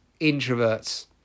introverts